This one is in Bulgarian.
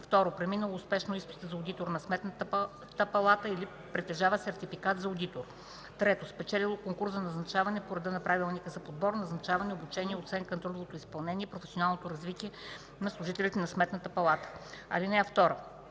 2. преминало успешно изпита за одитор на Сметната палата или притежава сертификат за одитор; 3. спечелило конкурс за назначаване по реда на Правилника за подбор, назначаване, обучение, оценка на трудовото изпълнение и професионалното развитие на служителите на Сметната палата. (2)